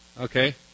Okay